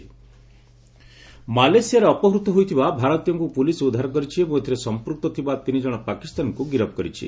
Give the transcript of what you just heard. Swaraj Malaysia ମାଲେସିଆରେ ଅପହୃତ ହୋଇଥିବା ଭାରତୀୟଙ୍କୁ ପୁଲିସ୍ ଉଦ୍ଧାର କରିଛି ଏବଂ ଏଥିରେ ସଂପ୍ରକ୍ତ ଥିବା ତିନିଜଣ ପାକିସ୍ତାନୀକ୍ତ ଗିରଫ୍ କରିଛି